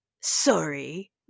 Sorry